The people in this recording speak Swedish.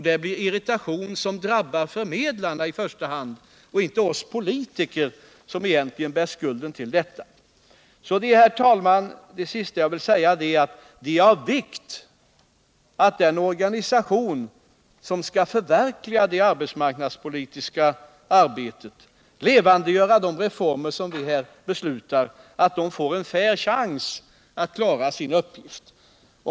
Det blir en irritation som drabbar förmedlarna i första hand och inte oss politiker, som egentligen bär skulden till den. Till slut, herr talman, vill jag säga att det är av vikt att den organisation som skall förverkliga det arbetsmarknadspolitiska arbetet, levandegöra de reformer som vi här beslutar, får en fair chans att klara sin uppgift.